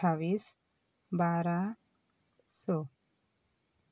अठ्ठावीस बारा स